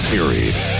Series